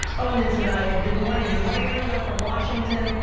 going into ny a good morning, good morning, everyone from washington.